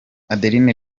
adeline